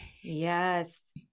Yes